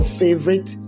favorite